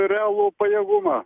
realų pajėgumą